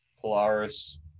Polaris